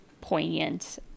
poignant